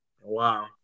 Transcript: Wow